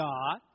God